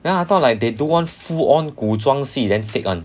then I thought like they don't want full on 古装戏 then take one